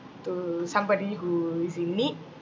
to somebody who is in need